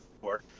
four